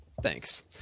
Thanks